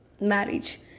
marriage